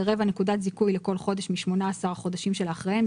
זה רבע נקודת זיכוי לכל חודש מ-18 החודשים שלאחריהם.